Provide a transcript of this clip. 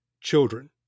children